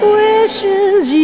wishes